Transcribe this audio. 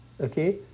Okay